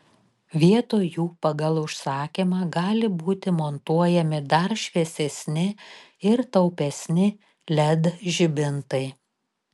vietoj jų pagal užsakymą gali būti montuojami dar šviesesni ir taupesni led žibintai